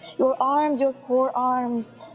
your arms, your forearms,